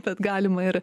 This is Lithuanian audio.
bet galima ir